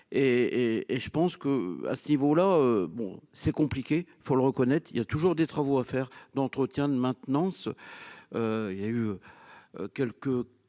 et je pense que, à ce niveau-là, bon, c'est compliqué, il faut le reconnaître, il y a toujours des travaux à faire, d'entretien, de maintenance, il y a eu quelques